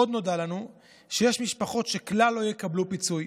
עוד נודע לנו שיש משפחות שכלל לא יקבלו פיצוי,